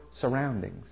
surroundings